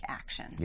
action